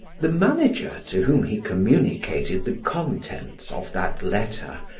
the manager, to whom he communicated the contents of that letter,